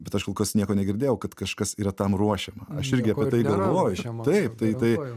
bet aš kol kas nieko negirdėjau kad kažkas yra tam ruošiama aš irgi apie tai galvoju taip tai tai